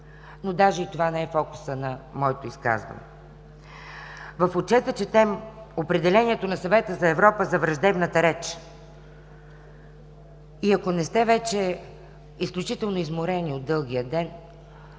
но даже и това не е фокусът на моето изказване. В Отчета четем определението на Съвета на Европа за враждебната реч. И ако не сте вече изключително изморени от дългия ден